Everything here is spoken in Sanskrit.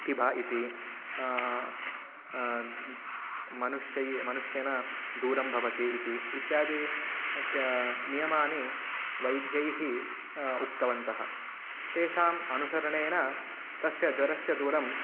पिब इति मनुष्यैः मनुष्यात् दूरं भवतु इति इत्यादि ते नियमाः वैद्यैः उक्तवन्तः तेषाम् अनुसरणेन तस्य ज्वरस्य दूरं